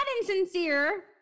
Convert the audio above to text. insincere